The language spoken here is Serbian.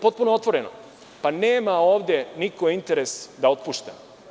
Potpuno otvoreno, pa nema ovde niko interes da otpušta.